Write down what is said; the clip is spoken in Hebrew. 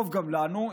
טוב גם לנו.